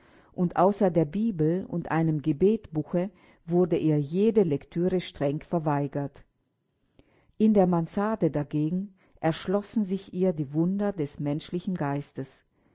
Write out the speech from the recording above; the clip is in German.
und außer der bibel und einem gebetbuche wurde ihr jede lektüre streng verweigert in der mansarde dagegen erschlossen sich ihr die wunder des menschlichen geistes